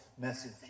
message